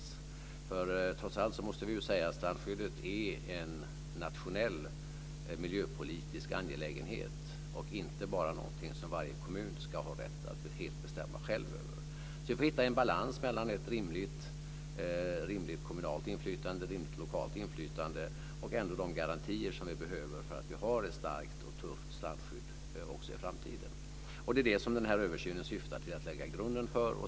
Vi måste trots allt säga att strandskyddet är en nationell miljöpolitisk angelägenhet och inte bara någonting som varje kommun ska ha rätt att helt bestämma själv över. Så vi får hitta en balans mellan ett rimligt kommunalt och lokalt inflytande och de garantier som vi ändå behöver för att ha ett starkt och tufft strandskydd också i framtiden. Det är det som den här översynen syftar till att lägga grunden för.